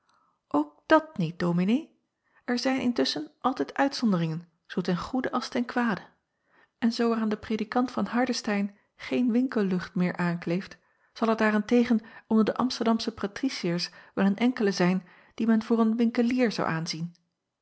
ok dat niet ominee r zijn intusschen altijd uitzonderingen zoo ten goede als ten kwade en zoo er aan den redikant van ardestein geen winkellucht meer aankleeft zal er daar-en-tegen onder de msterdamsche patriciërs wel een enkele zijn dien men voor een winkelier zou aanzien